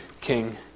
King